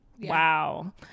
Wow